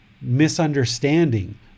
misunderstanding